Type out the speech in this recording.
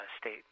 state